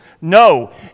No